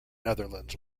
netherlands